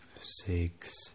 six